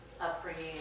upbringing